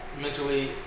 mentally